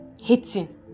hating